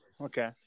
okay